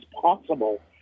possible